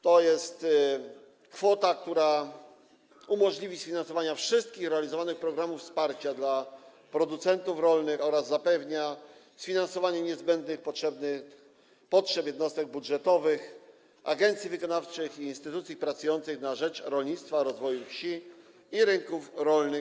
To jest kwota, która umożliwi sfinansowanie wszystkich realizowanych programów wsparcia dla producentów rolnych oraz zapewni sfinansowanie z budżetu państwa niezbędnych potrzeb jednostek budżetowych, agencji wykonawczych i instytucji pracujących na rzecz rolnictwa, rozwoju wsi i rynków rolnych.